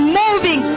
moving